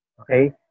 Okay